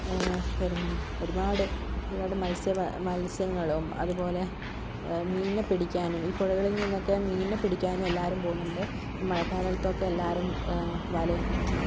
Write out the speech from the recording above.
വരുന്നുണ്ട് ഒരുപാട് ഒരുപാട് മൽസ്യ മത്സ്യങ്ങളും അതുപോലെ മീനിനെ പിടിക്കാനും ഈ പുഴകളിൽ നിന്നൊക്കെ മീനിനെ പിടിക്കാനും എല്ലാവരും പോകുന്നുണ്ട് ഈ മഴക്കാലത്തൊക്കെ എല്ലാവരും വല